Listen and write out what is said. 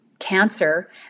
cancer